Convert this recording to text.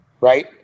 right